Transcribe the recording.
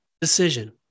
decision